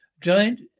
Giant